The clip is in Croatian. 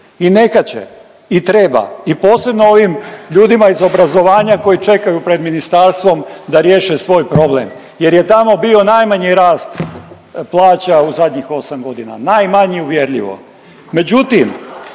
i neka će, i treba, i posebno ovim ljudima iz obrazovanja koji čekaju pred ministarstvom da riješe svoj problem jer je tamo bio najmanji rast plaća u zadnjih 8.g., najmanji uvjerljivo.